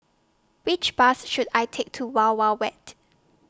Which Bus should I Take to Wild Wild Wet